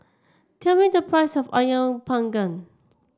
tell me the price of ayam panggang